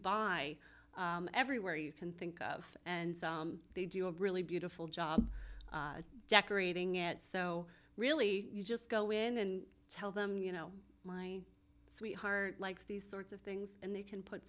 i everywhere you can think of and they do a really beautiful job decorating it so really you just go in and tell them you know my sweetheart likes these sorts of things and they can put